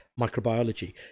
microbiology